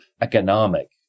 economic